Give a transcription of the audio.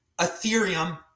Ethereum